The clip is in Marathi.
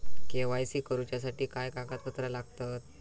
के.वाय.सी करूच्यासाठी काय कागदपत्रा लागतत?